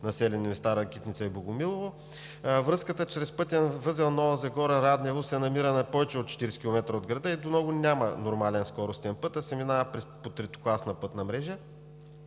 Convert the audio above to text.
населени места: Ракитница и Богомилово. Връзката чрез пътен възел Нова Загора – Раднево се намира на повече от 40 км от града и до него няма нормален скоростен път, а се минава по третокласна пътна мрежа.